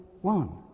one